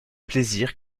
plaisirs